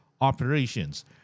operations